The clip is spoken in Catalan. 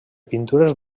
pintures